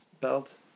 belt